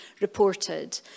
reported